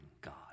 God